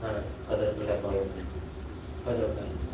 పది రూపాయిల డబ్బాలు ఉన్నాయి పది రూపాయలు